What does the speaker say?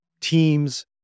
teams